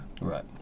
Right